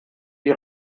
die